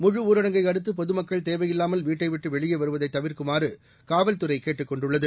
முழுஊரடங்கை அடுத்து பொதுமக்கள் தேவையில்லாமல் வீட்டைவிட்டு வெளியே வருவதை தவிர்க்குமாறு காவல்துறை கேட்டுக் கொண்டுள்ளது